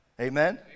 Amen